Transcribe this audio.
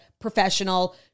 professional